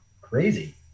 crazy